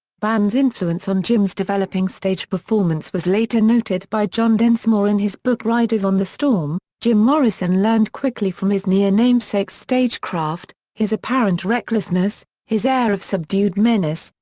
van's influence on jim's developing stage performance was later noted by john densmore in his book riders on the storm jim morrison learned quickly from his near-namesake's stagecraft, his apparent recklessness, his air of subdued menace,